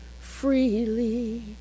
freely